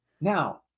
now